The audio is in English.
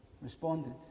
responded